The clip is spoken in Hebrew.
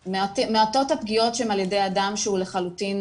מעטות הפגיעות שהן על ידי אדם שהוא לחלוטין